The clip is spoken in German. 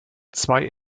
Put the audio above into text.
zwei